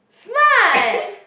fun